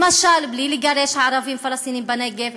למשל, בלי לגרש ערבים פלסטינים בנגב.